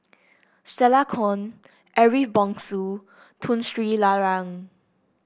Stella Kon Ariff Bongso Tun Sri Lanang